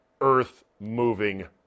earth-moving